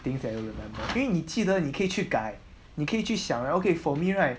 things that you will remember 因为你记得你可以去改你可以去想然后 okay for me right